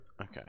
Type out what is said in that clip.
Okay